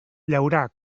llaurar